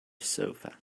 sofa